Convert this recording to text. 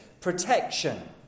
Protection